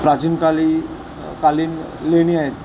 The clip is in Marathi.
प्राचीनकाली कालीन लेणी आहेत